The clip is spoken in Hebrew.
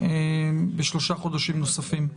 בשלושה חודשים נוספים.